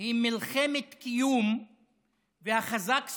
היא מלחמת קיום והחזק שורד.